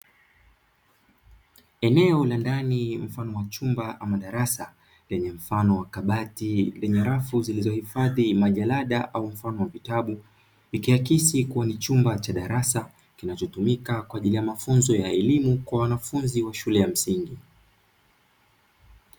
Eneo la ndani mfano wa chumba ama darasa lenye mfano wa kabati lenye rafu zilizohifadhi majalada au mfano wa vitabu, ikiakisi kuwa ni chumba cha darasa kinachotumika kwa ajili ya mafunzo ya elimu kwa wanafunzi wa shule ya msingi.